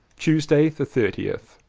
tuesday the thirtieth.